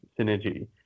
synergy